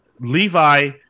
Levi